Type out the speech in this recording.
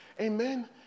Amen